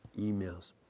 emails